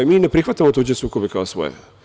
Mi ne prihvatamo tuđe sukobe kao svoje.